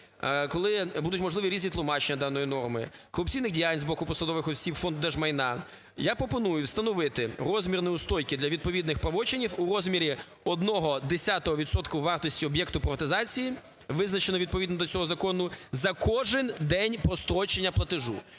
коли будуть можливі різні тлумачення даної норми, корупційної діяльності з боку посадових осіб Фонду держмайна, я пропоную встановити розмір неустойки для відповідних правочинів у розмірі одного десятого відсотку вартості об'єкту приватизації, визначеного відповідно до цього закону, за кожен день прострочення платежу.